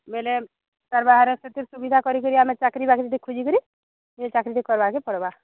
ବୋଇଲେ ତାର ବାହାରେ ସେଥିର ସୁବିଧା କରିକିରି ଆମେ ଚାକିରୀ ବାକିରି ଟିକେ ଖୋଜିକିରି ନିଜେ ଚାକିରୀଟେ କରିବାର କେ ପଡ଼ିବା